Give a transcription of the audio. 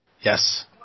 Yes